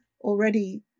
already